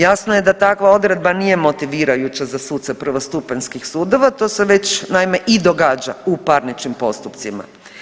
Jasno je da takva odredba nije motivirajuća za suce prvostupanjskih sudova to se već naime i događa u parničnim postupcima.